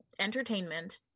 entertainment